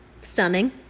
stunning